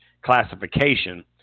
classification